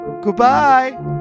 Goodbye